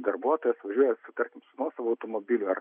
darbuotojas važiuoja su tarkim su nuosavu automobiliu ar